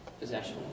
possession